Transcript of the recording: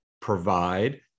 provide